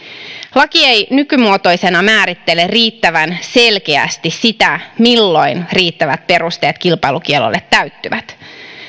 laki ei nykymuotoisena määrittele riittävän selkeästi sitä milloin riittävät perusteet kilpailukiellolle täyttyvät